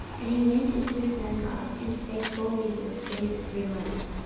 and he went into the synagogue, and spake boldly for the space of three months,